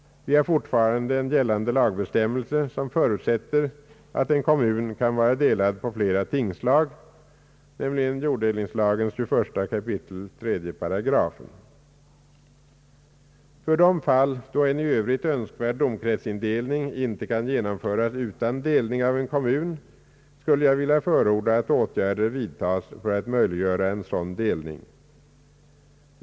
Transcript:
Vi har fortfarande en gällande lagbestämmelse som förutsätter att en kommun kan vara delad på flera tingslag, nämligen jorddelningslagens 21 kap. 3 8. För de fall då en i övrigt önskvärd domkretsindelning inte kan genomföras utan delning av en kommun skulle jag vilja förorda att åtgärder vidtas för att möjliggöra en sådan delning.